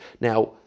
Now